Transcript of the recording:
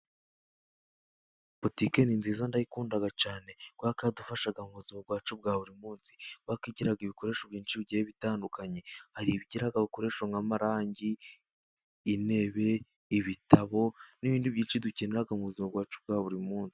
Butike ni nziza ndayikunda cyane kuko idufasha mu buzima bwacu bwa buri munsi. Kuko igira ibikoresho byinshi bigiye bitandukanye, hari izigira ibikoresho nk'amarangi, intebe, ibitabo, n'ibindi byinshi dukenega mu buzima bwacu bwa buri munsi.